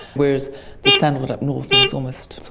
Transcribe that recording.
whereas the sandalwood up north needs almost,